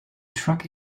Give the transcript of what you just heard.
truck